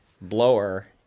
blower